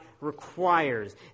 requires